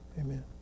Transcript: Amen